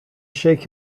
shake